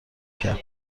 کرد